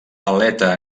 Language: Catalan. aleta